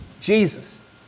Jesus